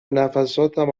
نفساتم